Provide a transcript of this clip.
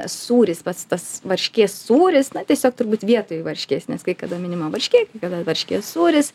sūris pats tas varškės sūris na tiesiog turbūt vietoj varškės nes kai kada minima varškė kai kada varškės sūris